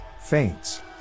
faints